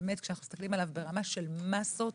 כשאנו מסתכלים עליו ברמה של מסות,